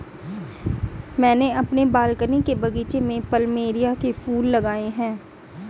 मैंने अपने बालकनी के बगीचे में प्लमेरिया के फूल लगाए हैं